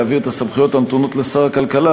להעביר את הסמכויות הנתונות לשר הכלכלה,